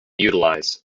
utilized